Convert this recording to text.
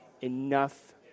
enough